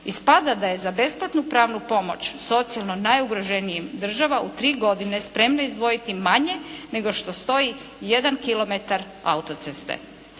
ispada da je za besplatnu pravnu pomoć socijalno najugroženijim država u tri godine spremna izdvojiti manje nego što stoji 1 kilometar auto-ceste.